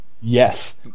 yes